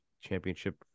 championship